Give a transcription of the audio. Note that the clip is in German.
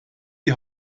die